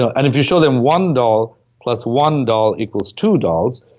ah and if you show them one doll plus one doll equals two dolls,